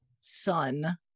son